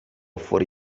fuori